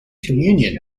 communion